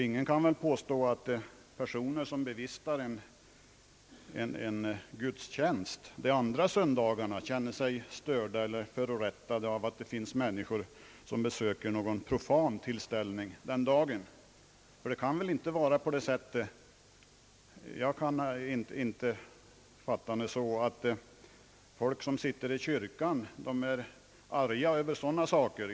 Ingen kan väl påstå att de personer som bevistar en gudstjänst under någon av de andra söndagarna känner sig störda eller förorättade av att det finns människor som besöker en profan tillställning den dagen. Människor som sitter i kyrkan kan väl ändå inte vara arga över sådana saker.